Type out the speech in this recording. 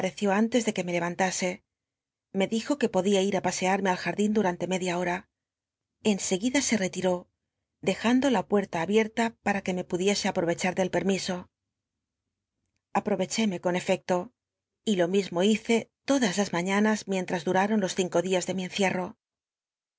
antes de que me lcvanlasc me dijo que podía ic a pasermne al jardin dumnlc media hora en seguida se retiró dejando la puerta abierta para que me pudiese aprovech u del permiso ovcchéme con efecto y lo mismo hice todas ap las mañams micn taas dttraron los cinco días de mi encierro